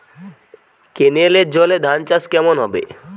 কেনেলের জলে ধানচাষ কেমন হবে?